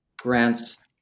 grants